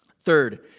Third